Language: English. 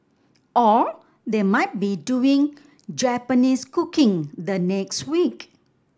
or they might be doing Japanese cooking the next week